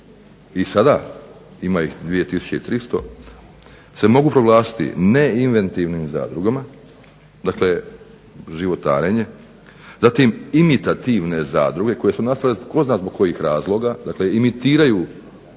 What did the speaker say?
i sada ima ih 2300, se mogu proglasiti neinventivnim zadrugama dakle životarenje, zatim imitativne zadruge koje su nastale tko zna zbog kojih razloga, dakle imitiraju